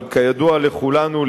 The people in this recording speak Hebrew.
אבל כידוע לכולנו,